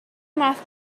math